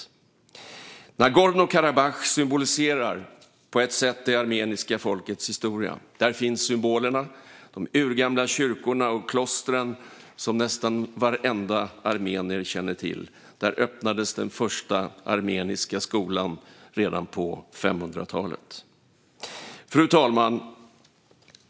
Nagorno-Karabach symboliserar på ett sätt det armeniska folkets historia. Där finns symbolerna, de urgamla kyrkor och kloster som nästan varenda armenier känner till. Där öppnades den första armeniska skolan redan på 500-talet. Fru talman!